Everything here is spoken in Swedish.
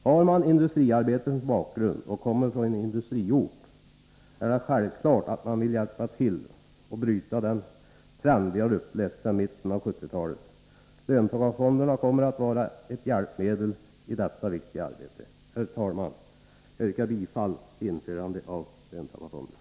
Har man industriarbete som bakgrund och kommer från en industriort är det självklart att man vill hjälpa till att bryta den trend som vi har upplevt sedan mitten av 1970-talet. Löntagarfonderna kommer att vara ett hjälpmedel i detta viktiga arbete. Herr talman! Jag yrkar bifall till förslaget om införande av löntagarfonder.